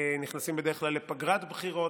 נכנסים בדרך כלל לפגרת בחירות,